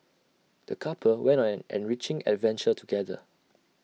the couple went on an enriching adventure together